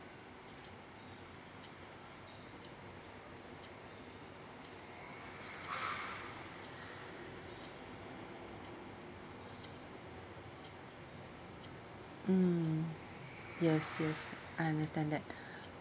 mm yes yes I understand that